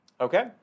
okay